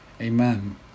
amen